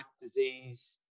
disease